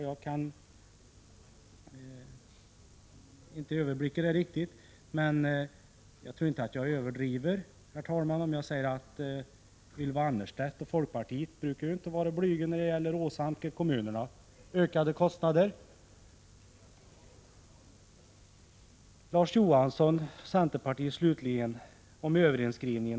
Jag kan inte överblicka det riktigt, men jag tror inte att jag överdriver, herr talman, om jag säger att Ylva Annerstedt och folkpartiet inte brukar vara blyga när det gäller att åsamka kommunerna ökade kostnader. Slutligen några ord till Larz Johansson, centerpartiet, när det gäller överinskrivning.